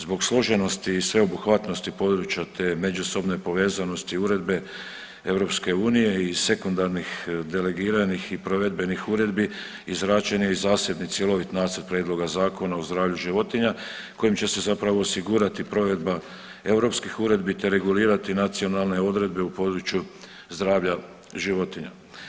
Zbog složenosti i sveobuhvatnosti područja te međusobne povezanosti Uredbe EU i sekundarnih delegiranih i provedbenih uredbi izrađen je i zasebni cjelovit nacrt prijedloga Zakona o zdravlju životinja kojim će se zapravo osigurati provedba europskih uredbi te regulirati nacionalne odredbe u području zdravlja životinja.